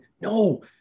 no